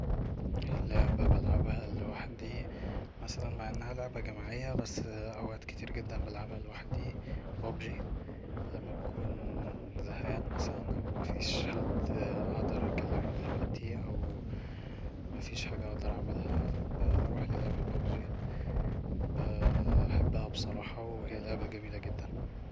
لعبة بلعبها لوحدي مثلا مع انها لعبة جماعية بس اوقات كتير جدا بلعبها لوحدي بابجي لما بكون زهقان مثلا أو مفيش حد اقدر أكلمه دلوقتي أو مفيش حاجة اقدر اعملها بروح للعبة بابجي بحبها بصراحة وهي لعبة جميلة جدا